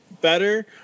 better